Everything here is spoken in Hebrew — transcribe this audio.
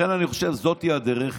אני חושב שזאת הדרך.